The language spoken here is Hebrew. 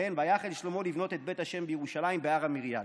"ויחל שלמה לבנות את בית ה' בירושלים בהר המוריה".